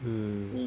hmm